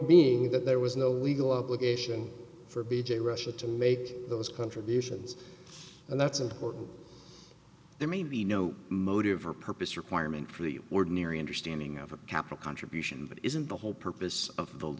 being that there was no legal obligation for b j russia to make those contributions and that's important there may be no motive or purpose requirement for the ordinary understanding of a capital contribution but isn't the whole purpose of the